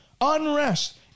Unrest